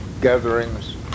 gatherings